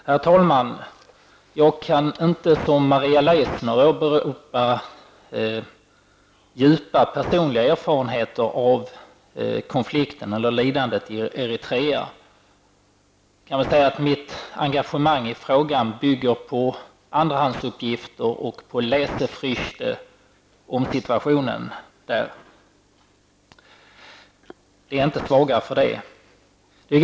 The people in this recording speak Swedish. Herr talman! Jag kan inte som Maria Leissner åberopa djupa personliga erfarenheter av lidandet i Eritrea. Mitt engagemang i frågan bygger på andrahandsuppgifter och på ''Lesefrüchte'' om situationen. Det är inte svagare för det.